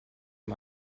dem